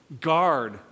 Guard